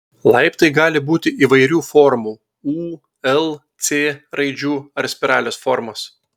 laiptai gali būti įvairių formų u l c raidžių ar spiralės formos